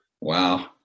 Wow